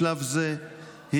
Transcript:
בשלב זה היא